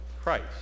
Christ